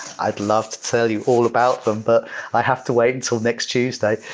i'd love to tell you all about them, but i have to wait until next tuesday.